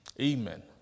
Amen